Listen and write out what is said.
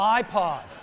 iPod